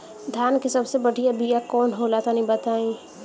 धान के सबसे बढ़िया बिया कौन हो ला तनि बाताई?